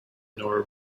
nor